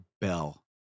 bell